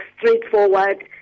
straightforward